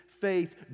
faith